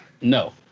no